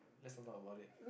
let's not talk about it